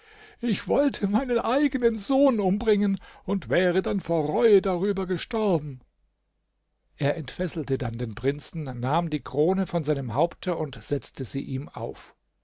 ich wollte meinen eigenen sohn umbringen und wäre dann vor reue darüber gestorben er entfesselte dann den prinzen nahm die krone von seinem haupte und setzte sie ihm auf